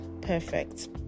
perfect